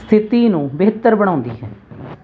ਸਥਿਤੀ ਨੂੰ ਬਿਹਤਰ ਬਣਾਉਂਦੀ ਹੈ